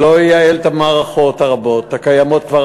לא ייעל את המערכות הרבות הקיימות כבר